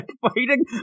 fighting